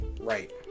right